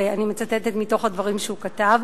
ואני מצטטת מתוך הדברים שהוא כתב,